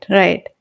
right